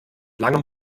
langem